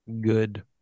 Good